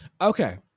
Okay